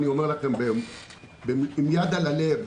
אני אומר לכם עם יד על הלב,